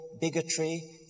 bigotry